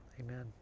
amen